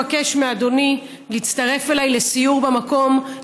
אני רוצה לבקש מאדוני להצטרף אליי לסיור במקום,